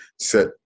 set